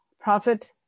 prophet